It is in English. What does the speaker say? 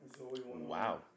Wow